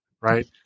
Right